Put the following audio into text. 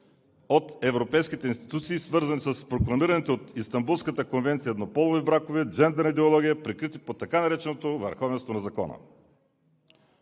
от европейските институции, свързани с прокламираните от Истанбулската конвенция еднополови бракове, джендър идеология, прикрити под така нареченото върховенство на закона.